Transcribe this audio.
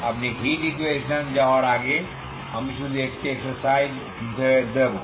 আপনি হিট ইকুয়েশনে যাওয়ার আগে আমি শুধু একটি এক্সারসাইজ হিসাবে দেবো